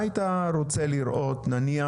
מה היית רוצה לראות נניח,